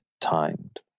timed